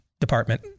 department